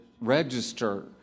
register